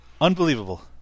Unbelievable